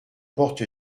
porte